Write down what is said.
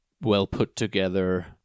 well-put-together